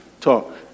talk